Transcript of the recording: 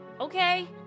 Okay